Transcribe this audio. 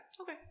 Okay